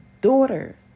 daughter